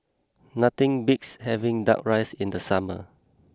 nothing beats having Duck Rice in the summer